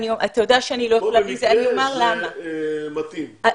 כאן במקרה זה מתאים.